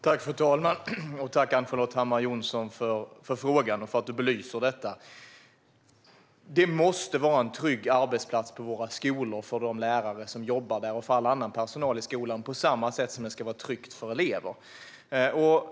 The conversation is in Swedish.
Fru talman! Tack, Ann-Charlotte Hammar Johnsson, för frågan och för att du belyser detta! Våra skolor måste vara trygga arbetsplatser för lärare och all annan personal som jobbar där, på samma sätt som de ska vara trygga för eleverna.